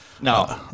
No